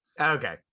Okay